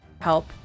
help